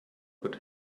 could